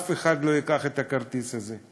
אף אחד לא ייקח את הכרטיס הזה.